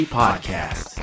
podcast